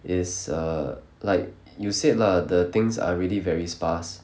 is err like you said lah the things are really very sparse